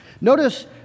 Notice